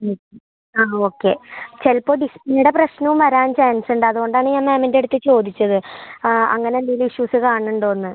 ആ ഓക്കെ ചിലപ്പോൾ ഡിസ്പ്ലേടെ പ്രശ്നം വരാൻ ചാൻസുണ്ട് അതുകൊണ്ടാണ് ഞാൻ മാമിൻ്റടുത്ത് ചോദിച്ചത് അങ്ങനെന്തേലും ഇഷ്യൂസ് കാണണുണ്ടോന്ന്